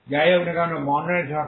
যাই হোক না কেন বাউন্ডারি শর্ত